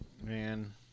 Man